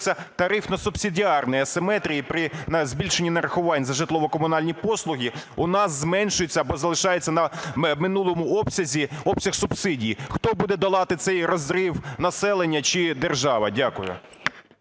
тарифно-субсидіарної асиметрії при збільшенні нарахувань за житлово-комунальні послуги, у нас зменшується або залишається на минулому обсязі обсяг субсидій. Хто буде долати цей розрив – населення чи держава? Дякую.